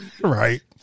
Right